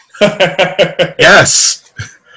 Yes